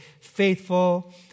faithful